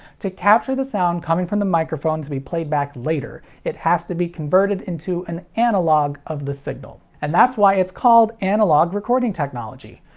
to capture the sound coming from the microphone to be played back later, it has to be converted into an analog of the signal. and that's why it's called analog recording technology.